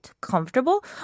comfortable